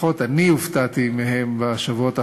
לפחות אני הופתעתי מהם בשבועות האחרונים,